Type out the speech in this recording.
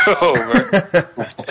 over